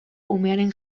umearen